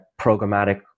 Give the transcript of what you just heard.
programmatic